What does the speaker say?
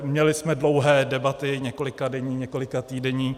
Měli jsme dlouhé debaty několikadenní, několikatýdenní.